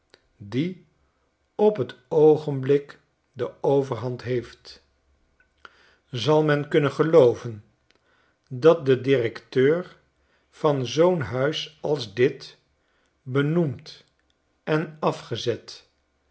die op t oogenblik de overhand heeft zal men kunnen gelooven dat de directeur van zoo'n huis als dit benoemd en afgezet